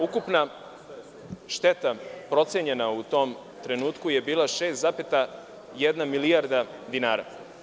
Ukupna šteta procenjena u tom trenutku je bila 6,1 milijardi dinara.